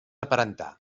aparentar